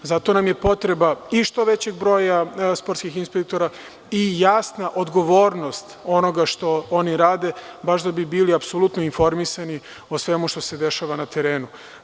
Zato nam je potreba i što većeg broja sportskih inspektora i jasna odgovornost onoga što oni rade, baš da bi bili apsolutno informisani o svemu što se dešava na terenu.